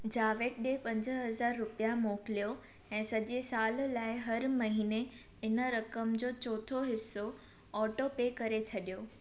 जावेद ॾे पंज हज़ार रुपिया मोकिलियो ऐं सॼे साल लाइ हर महीने इन रक़म जो चोथों हिसो ऑटोपे करे छॾियो